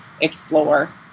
explore